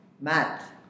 Math